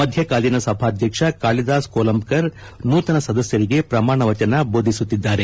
ಮಧ್ಯಕಾಲೀನ ಸಭಾಧ್ಯಕ್ಷ ಕಾಳಿದಾಸ್ ಕೋಲಂಬ್ಕ ರ್ ನೂತನ ಸದಸ್ಯರಿಗೆ ಪ್ರಮಾಣ ವಚನ ಬೋದಿಸುತ್ತಿದ್ದಾರೆ